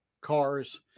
cars